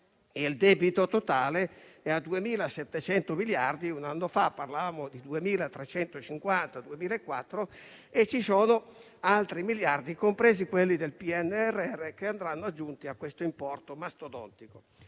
il debito totale è a 2.700 miliardi (un anno fa parlavamo di 2.350-2.400 miliardi) e ci sono altri miliardi, compresi quelli del PNRR, che andranno aggiunti a questo importo mastodontico.